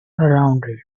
rounded